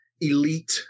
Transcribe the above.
elite